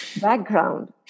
background